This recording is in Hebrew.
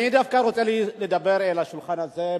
אני דווקא רוצה לדבר אל השולחן הזה,